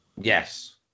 Yes